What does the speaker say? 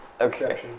Okay